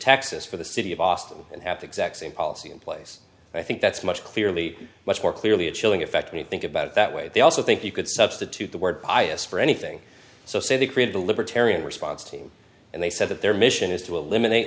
for the city of austin and have the exact same policy in place i think that's much clearly much more clearly a chilling effect and you think about it that way they also think you could substitute the word bias for anything so say they created a libertarian response team and they said that their mission is to eliminate